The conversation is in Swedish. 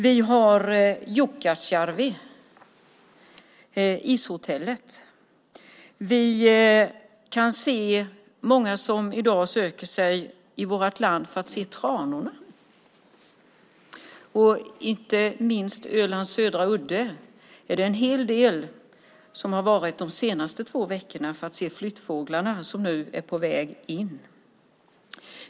Vi har Ishotellet i Jukkasjärvi. Vi kan se många som i dag söker sig till vårt land för att se tranorna. Inte minst har det varit en hel del människor på Ölands södra udde de senaste två veckorna för att se flyttfåglarna som nu är på väg in.